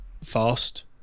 fast